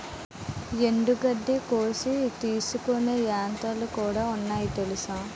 ఎండుగడ్డి కోసి తీసుకునే యంత్రాలుకూడా ఉన్నాయి తెలుసా?